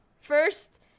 first